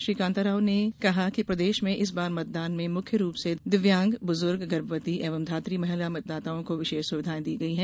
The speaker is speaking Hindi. श्री कांताराव ने कि प्रदेश में इस बार मतदान में मुख्य रूप से दिव्यांग बुजुर्ग गर्भवती एवं धात्री महिला मतदाताओं को विशेष सुविधाएँ प्रदान की गयी हैं